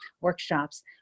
workshops